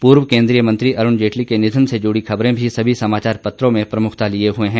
पूर्व केंद्रीय मंत्री अरूण जेटली के निधन से जुड़ी खबरें भी सभी समाचार पत्रों में प्रमुखता लिये हुए हैं